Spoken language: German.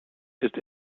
ist